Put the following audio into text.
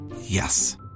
Yes